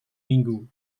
minggu